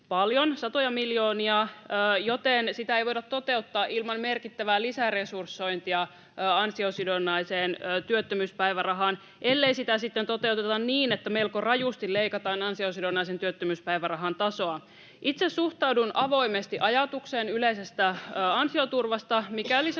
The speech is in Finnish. paljon, satoja miljoonia, joten sitä ei voida toteuttaa ilman merkittävää lisäresursointia ansiosidonnaiseen työttömyyspäivärahaan, ellei sitä sitten toteuteta niin, että melko rajusti leikataan ansiosidonnaisen työttömyyspäivärahan tasoa. Itse suhtaudun avoimesti ajatukseen yleisestä ansioturvasta, mikäli se